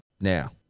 Now